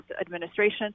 administration